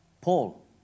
Paul